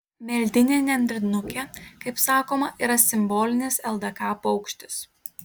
meldinė nendrinukė kaip sakoma yra simbolinis ldk paukštis